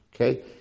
okay